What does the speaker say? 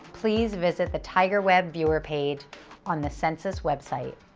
please visit the tigerweb viewer page on the census website.